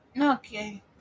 Okay